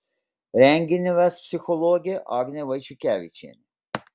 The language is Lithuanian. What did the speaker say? renginį ves psichologė agnė vaiciukevičienė